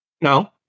No